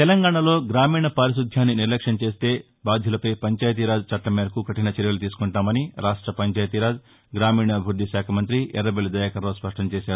తెలంగాణలో గ్రామీణ పారిశుద్యాన్ని నిర్లక్ష్యం చేస్తే బాధ్యులపై పంచాయతీరాజ్ చట్టం మేరకు కఠిన చర్యలు తీసుకుంటామని రాష్ట పంచాయతీరాజ్ గ్రామీణాభివృద్ది శాఖ మంతి ఎర్రబెల్లి దయాకర్రావు స్పష్టం చేశారు